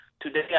Today